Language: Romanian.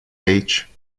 aici